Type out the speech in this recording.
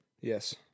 Yes